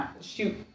shoot